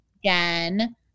again